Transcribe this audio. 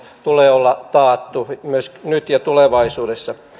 tulee olla taattu myös nyt ja tulevaisuudessa